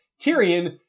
Tyrion